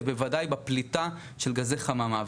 ובוודאי בפליטה של גזי חממה.